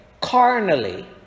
Carnally